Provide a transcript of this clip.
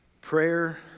Prayer